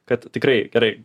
kad tikrai gerai